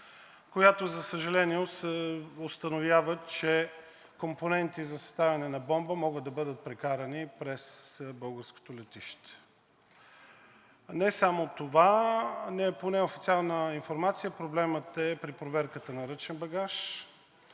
която, за съжаление, се установява, че компоненти за съставяне на бомба могат да бъдат прекарани през българското летище. Не само това, по неофициална информация проблемът е при проверката на ръчен багаж